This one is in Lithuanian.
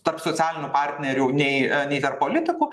tarp socialinių partnerių nei nei tarp politikų